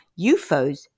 UFOs